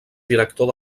director